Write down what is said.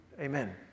Amen